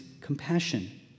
compassion